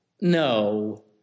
No